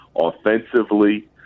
offensively